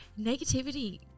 negativity